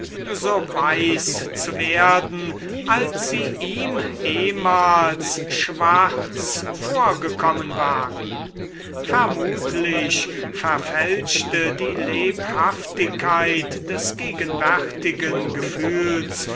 weiß zu werden als sie ihm ehmals da er noch keine schlimmere leute kannte schwarz vorgekommen waren vermutlich verfälschte die lebhaftigkeit des gegenwärtigen gefühls